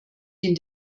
den